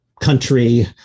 country